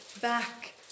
back